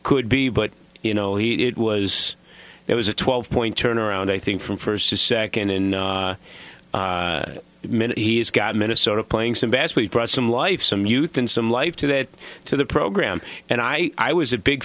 could be but you know he it was it was a twelve point turnaround i think from first to second in a minute he's got minnesota playing some bass we brought some life some youth and some life to that to the program and i i was a big